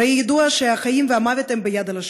הרי ידוע שהחיים והמוות הם ביד הלשון,